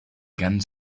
ganz